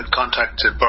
contacted